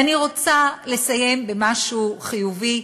ואני רוצה לסיים במשהו חיובי,